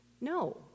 No